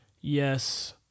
yes